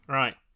right